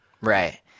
Right